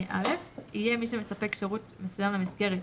(א) יהיה מי שמספק שירות מסוים למסגרת,